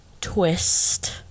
twist